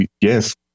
Yes